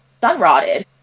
sun-rotted